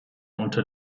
unter